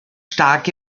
stark